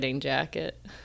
jacket